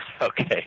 Okay